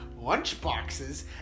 lunchboxes